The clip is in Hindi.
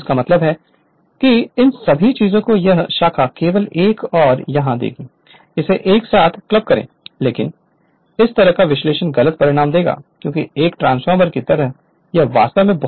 इसका मतलब है कि इन सभी चीजों को यह शाखा केवल एक और यहाँ देती है संदर्भ समय 4039 इसे एक साथ क्लब करें लेकिन इस तरह का विश्लेषण गलत परिणाम देगा क्योंकि एक ट्रांसफार्मर की तरह यह वास्तव में बहुत छोटा है